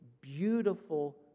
beautiful